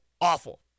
awful